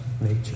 nature